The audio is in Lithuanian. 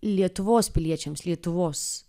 lietuvos piliečiams lietuvos